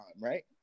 right